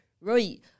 right